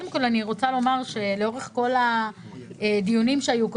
אני רוצה לומר שלאורך כל הדיונים שהיו,